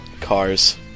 cars